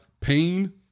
pain